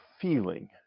feeling